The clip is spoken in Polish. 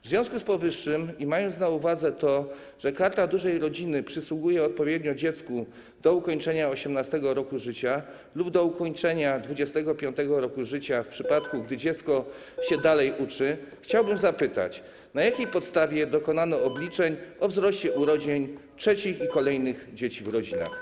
W związku z powyższym i mając na uwadze to, że Karta Dużej Rodziny przysługuje odpowiednio dziecku do ukończenia 18. roku życia lub do ukończenia 25. roku życia w przypadku, gdy dziecko dalej się uczy, chciałbym zapytać, na jakiej podstawie dokonano obliczeń o wzroście urodzeń trzecich i kolejnych dzieci w rodzinach.